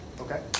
okay